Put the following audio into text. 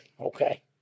okay